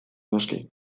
noski